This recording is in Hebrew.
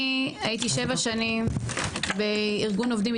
אני הייתי שבע שנים בארגון עובדים,